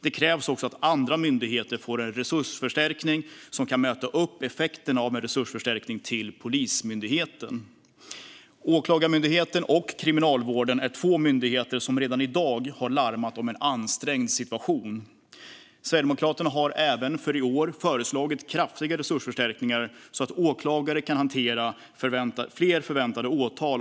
Det krävs också att andra myndigheter får en resursförstärkning som kan möta upp effekterna av en resursförstärkning till Polismyndigheten. Åklagarmyndigheten och Kriminalvården är två myndigheter som redan i dag har larmat om en ansträngd situation. Sverigedemokraterna har även för i år föreslagit kraftiga resursförstärkningar, så att åklagare kan hantera fler förväntade åtal.